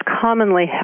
commonly